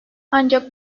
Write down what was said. ancak